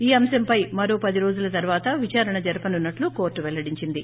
ఈ అంశంపై మరో పది రోజుల తర్వాత విచారణ జరపనున్నట్లు కోర్టు పెల్లడించింది